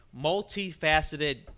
multifaceted